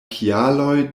kialoj